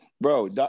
Bro